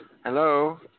Hello